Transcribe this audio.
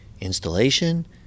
installation